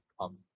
come